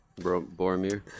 Boromir